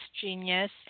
genius